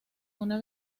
una